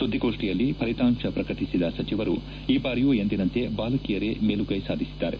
ಸುದ್ವಿಗೋಷ್ಠಿಯಲ್ಲಿ ಫಲಿತಾಂಶ ಪ್ರಕಟಿಸಿದ ಸಚಿವರು ಈ ಬಾರಿಯೂ ಎಂದಿನಂತೆ ಬಾಲಕಿಯರೇ ಮೇಲುಗೈ ಸಾಧಿಸಿದ್ದಾರೆ